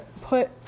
put